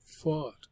fought